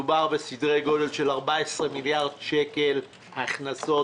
מדובר בסדרי-גודל של 14 מיליארד שקלים הכנסות,